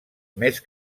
més